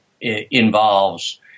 involves